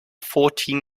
fourteen